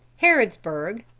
harrodsburg,